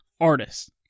Artist